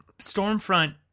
stormfront